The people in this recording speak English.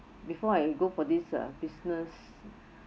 before I go for this uh business